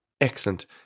Excellent